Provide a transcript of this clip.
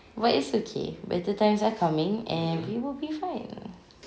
but it's okay better times are coming and we will be fine